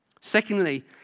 Secondly